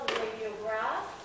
radiograph